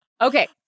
Okay